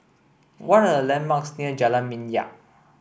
what are the landmarks near Jalan Minyak